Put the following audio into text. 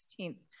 16th